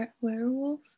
werewolf